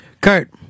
Kurt